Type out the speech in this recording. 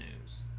news